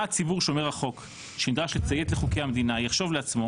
מה הציבור שומר החוק שנדרש לציית לחוקי המדינה יחשוב לעצמו